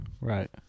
Right